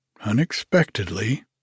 unexpectedly